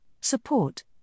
support